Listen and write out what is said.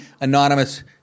anonymous